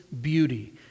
beauty